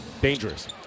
Dangerous